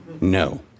No